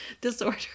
disorder